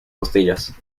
costillas